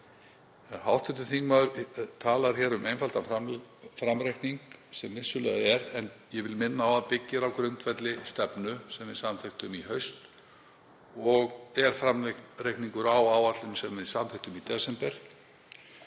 Hv. þingmaður talar hér um einfaldan framreikning sem vissulega er, en ég vil minna á að það byggir á grundvelli stefnu sem við samþykktum í haust og er framreikningur á áætlun sem við samþykktum í desember,